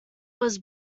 was